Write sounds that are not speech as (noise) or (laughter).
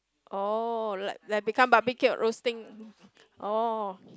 oh like like become barbecue roasting (noise) oh